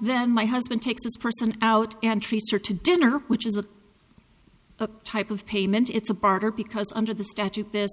then my husband takes this person out and treats her to dinner which is a type of payment it's a barter because under the statute this